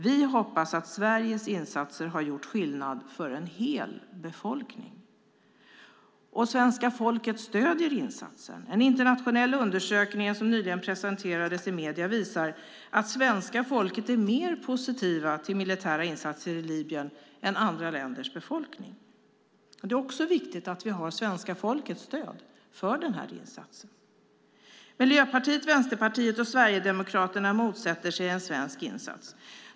Vi hoppas att Sveriges insatser har gjort skillnad för en hel befolkning. Svenska folket stöder också insatsen. En internationell undersökning som nyligen presenterades i medierna visar att svenska folket är mer positiva till militära insatser i Libyen än andra länders befolkning. Det är viktigt att vi har svenska folkets stöd för denna insats. Miljöpartiet, Vänsterpartiet och Sverigedemokraterna motsätter sig en svensk insats.